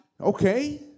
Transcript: Okay